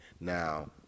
Now